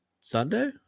Sunday